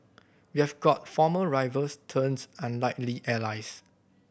you have got former rivals turned unlikely allies